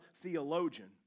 theologian